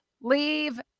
leave